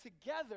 together